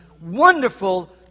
wonderful